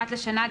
אחת לשנה,